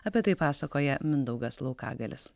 apie tai pasakoja mindaugas laukagalis